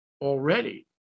already